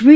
V